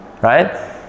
Right